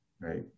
Right